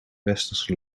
westerse